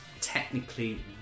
technically